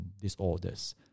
disorders